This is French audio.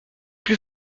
plus